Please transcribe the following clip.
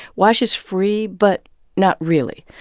wash is free, but not really.